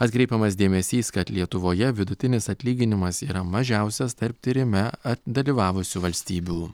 atkreipiamas dėmesys kad lietuvoje vidutinis atlyginimas yra mažiausias tarp tyrime dalyvavusių valstybių